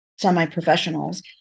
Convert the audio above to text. semi-professionals